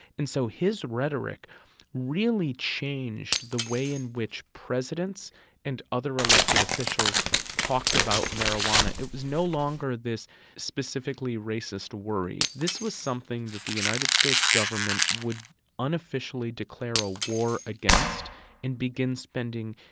and so his rhetoric really changed the way in which presidents and other elected officials talked about marijuana it was no longer this specifically racist worry. this was something that the united states government would unofficially declare a war against and begin spending,